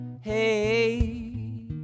hey